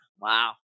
Wow